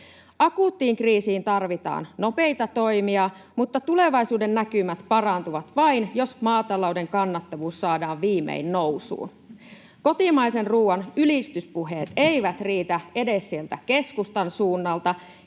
Akuuttiin kriisiin tarvitaan nopeita toimia, mutta tulevaisuudennäkymät parantuvat vain, jos maatalouden kannattavuus saadaan viimein nousuun. Kotimaisen ruoan ylistyspuheet eivät riitä edes sieltä keskustan suunnalta,